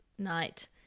night